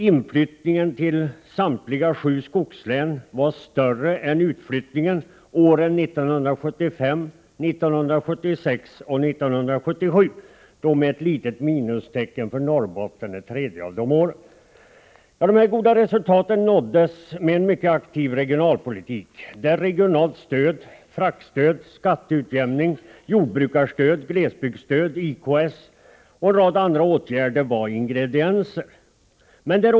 Inflyttningen till samtliga sju skogslän var större än utflyttningen åren 1975, 1976 och 1977, med ett litet minus för Norrbotten under det sista av dessa tre år. De goda resultaten nåddes med en mycket aktiv regionalpolitik, där regionalt stöd, fraktstöd, skatteutjämning, jordbrukarstöd, glesbygdsstöd, IKS och andra åtgärder var ingredienser.